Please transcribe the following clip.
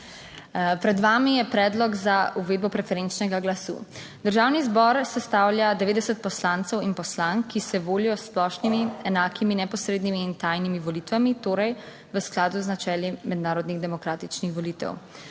Pred vami je predlog za uvedbo preferenčnega glasu. Državni zbor sestavlja 90 poslancev in poslank, ki se volijo s splošnimi, enakimi, neposrednimi in tajnimi volitvami, torej v skladu z načeli mednarodnih demokratičnih volitev.